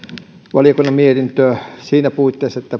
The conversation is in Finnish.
valiokunnan mietintöä niissä puitteissa